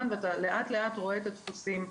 לאט לאט רואים את הדפוסים.